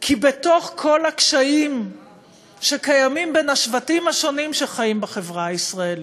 כי בתוך כל הקשיים שקיימים בין השבטים השונים שחיים בחברה הישראלית,